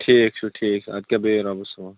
ٹھیٖک چھُ ٹھیٖک اَدٕ کیٛاہ بِہِو رۅبس حوال